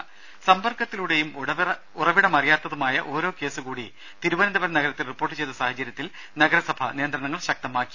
ദേദ സമ്പർക്കത്തിലൂടെടെയും ഉറവിടമറിയാത്തതുമായ ഓരോ കേസ് കൂടി തിരുവനന്തപുരം നഗരത്തിൽ റിപ്പോർട്ട് ചെയ്ത സാഹചര്യത്തിൽ നഗരസഭ നിയന്ത്രണങ്ങൾ ശക്തമാക്കി